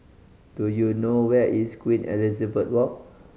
do you know where is Queen Elizabeth Walk